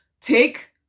Take